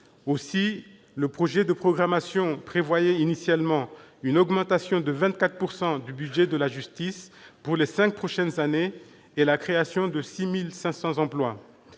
projet de loi de programmation prévoyait initialement une augmentation de 24 % du budget de la justice pour les cinq prochaines années et la création de 6 500 emplois.